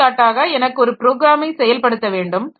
எடுத்துக்காட்டாக எனக்கு ஒரு ப்ரோக்ராமை செயல்படுத்த வேண்டும்